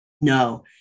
No